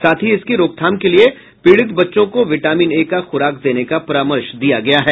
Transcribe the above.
साथ ही इसके रोकथाम के लिये पीड़ित बच्चों को बिटामिन ए का खुराक देने का परामर्श दिया गया है